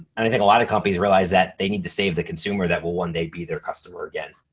and i think a lot of companies realize that they need to save the consumer that will one day be their customer again.